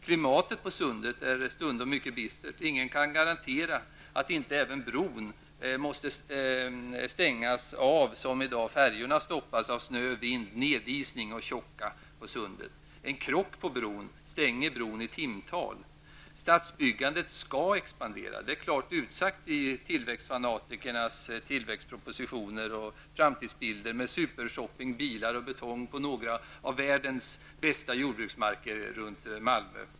Klimatet på sundet är stundom mycket bistert. Ingen kan garantera att inte även bron måste stängas av precis som färjorna i dag stoppas av snö, vind, nedisning och tjocka. En krock på bron stänger bron i timtal. Stadsbyggandet skall expandera. Det är klart utsagt i tillväxtfanatikernas tillväxtpropositioner och framtidsbilder med supershopping, bilar och betong på några av världens bästa jordbruksmarker runt Malmö.